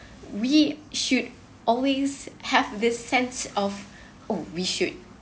we should always have this sense of oh we should